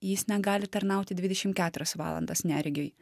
jis negali tarnauti dvidešim keturias valandas neregiui